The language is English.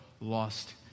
lost